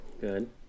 good